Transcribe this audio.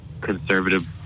conservative